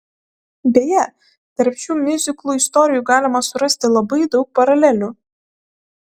beje tarp šių miuziklų istorijų galima surasti labai daug paralelių